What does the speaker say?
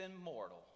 immortal